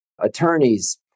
attorneys